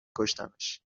کشتمش